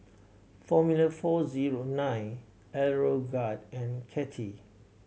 Formula Four Zero Nine Aeroguard and Kettle